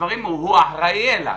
הוא אחראי עליו,